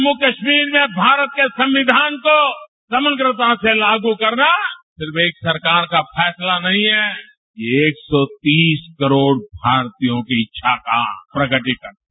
जम्मू कश्मीर में भारत के संविधान को समग्रतासे लागू करना सिर्फ एक सरकार का फैसला नही है एक सौ तीस करोड़ भारतीयों की इच्छाका प्रगटीकरण है